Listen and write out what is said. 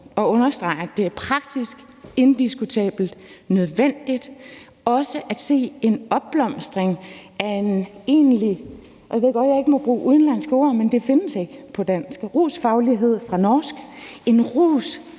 jeg understreger også, at det er praktisk og indiskutabelt nødvendigt, at vi ser en opblomstring af en egentlig rusfaglighed, og jeg ved godt, at jeg ikke må bruge udenlandske ord, men ordet findes ikke på dansk, så det er rusfaglighed oversat fra norsk. En